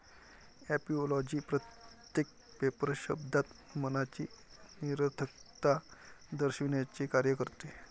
ऍपिओलॉजी प्रत्येक पेपर शब्दात मनाची निरर्थकता दर्शविण्याचे कार्य करते